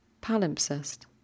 Palimpsest